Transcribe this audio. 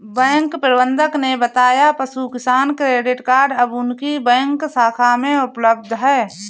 bank प्रबंधक ने बताया पशु किसान क्रेडिट कार्ड अब उनकी बैंक शाखा में उपलब्ध है